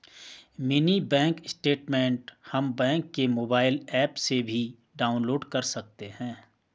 mini bank statement हम bank के mobile app से भी डाउनलोड कर सकते है